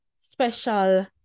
special